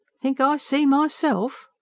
think i see myself!